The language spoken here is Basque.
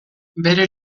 bere